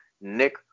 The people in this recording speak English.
Nick